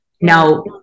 now